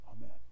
amen